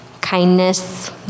kindness